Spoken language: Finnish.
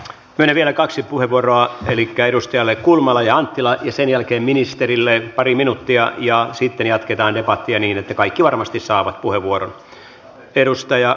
myönnän vielä kaksi puheenvuoroa edustajille kulmala ja anttila ja sen jälkeen ministerille pari minuuttia ja sitten jatketaan debattia niin että kaikki varmasti saavat puheenvuoron